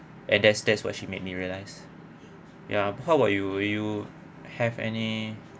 and that's that's what she made me realize ya how about you you have any